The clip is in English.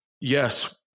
yes